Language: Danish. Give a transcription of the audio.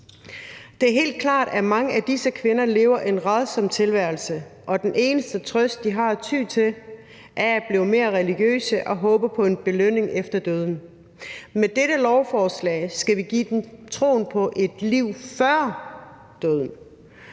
Det er helt klart, at mange af disse kvinder lever en rædsom tilværelse, og den eneste trøst, de har at ty til, er at blive mere religiøse og håbe på en belønning efter døden. Med dette lovforslag skal vi give dem troen på et liv før døden.